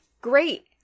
great